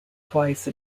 twice